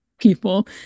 people